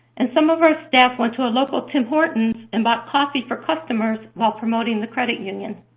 and some of our staff went to a local tim hortons and bought coffee for customers while promoting the credit union.